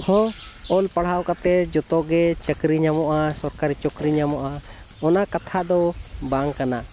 ᱦᱚᱸ ᱚᱞ ᱯᱟᱲᱦᱟᱣ ᱠᱟᱛᱮᱫ ᱡᱚᱛᱚ ᱜᱮ ᱪᱟᱹᱠᱨᱤ ᱧᱟᱢᱚᱜᱼᱟ ᱥᱚᱨᱠᱟᱨᱤ ᱪᱟᱠᱨᱤ ᱧᱟᱢᱚᱜᱼᱟ ᱚᱱᱟ ᱠᱟᱛᱷᱟ ᱫᱚ ᱵᱟᱝ ᱠᱟᱱᱟ